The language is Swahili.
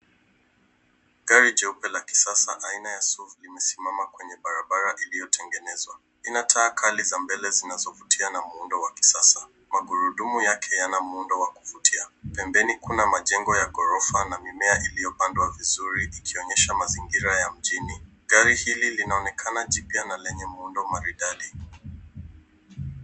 Gari jeupe la kisasa aina ya SUV limesimama kwenye barabara iliyotengenezwa. Ina taa kali za mbele zinazovutia na muundo wa kisasa. Magurudumu yake yana muundo wa kuvutia, pembeni kuna majengo ya ghorofa na mimea iliyopandwa vizuri ikionyesha mazingira ya mjini. Gari hili linaonekana jipya na lenye muundo maridadi.